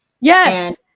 yes